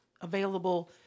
available